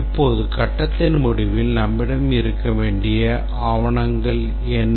இப்போது கட்டத்தின் முடிவில் நம்மிடம் இருக்க வேண்டிய ஆவணங்கள் என்ன